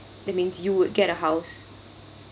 that means you would get a house